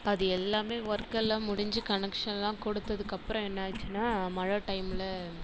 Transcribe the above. அது எல்லாமே ஒர்க் எல்லாம் முடிந்து கனெக்ஷன்லாம் கொடுத்ததுக்கு அப்புறம் என்ன ஆச்சுன்னால் மழை டைம்ல